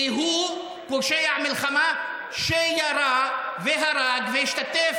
כי הוא פושע מלחמה שירה והרג והשתתף